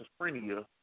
schizophrenia